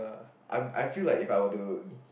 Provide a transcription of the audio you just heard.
I'm I feel like If I were to